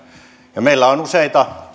enemmän meillä on valmistelussa useita